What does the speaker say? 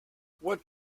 what